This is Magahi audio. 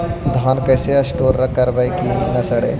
धान कैसे स्टोर करवई कि न सड़ै?